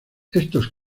estos